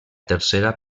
tercera